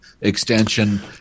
extension